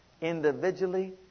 individually